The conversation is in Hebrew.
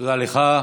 תודה לך.